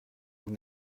vous